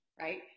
right